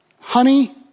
honey